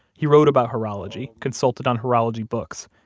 he wrote about horology, consulted on horology books,